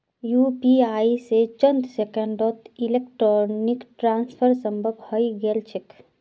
UPI स चंद सेकंड्सत इलेक्ट्रॉनिक ट्रांसफर संभव हई गेल छेक